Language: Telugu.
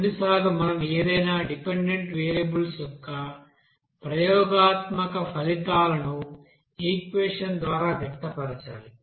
కొన్నిసార్లు మనం ఏదైనా డిపెండెంట్ వేరియబుల్ యొక్క ప్రయోగాత్మక ఫలితాలను ఈక్వెషన్ ద్వారా వ్యక్తపరచాలి